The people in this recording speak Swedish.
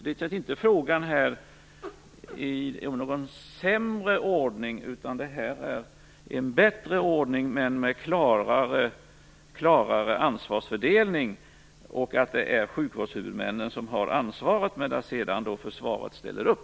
Det är inte fråga om någon sämre ordning utan en bättre ordning med en klarare ansvarsfördelning. Det är sjukvårdshuvudmännen som har ansvaret, medan försvaret ställer upp.